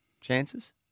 chances